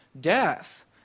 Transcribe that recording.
death